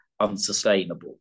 unsustainable